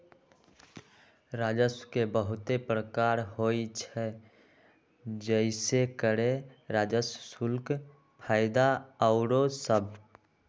राजस्व के बहुते प्रकार होइ छइ जइसे करें राजस्व, शुल्क, फयदा आउरो सभ